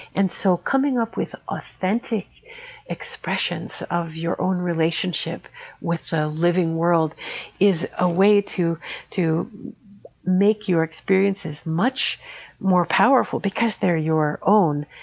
and so coming up with authentic expressions of your own relationship with the living world is a way to to make your experiences much more powerful because they're your own,